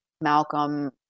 Malcolm